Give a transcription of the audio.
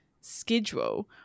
schedule